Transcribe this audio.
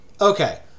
Okay